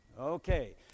okay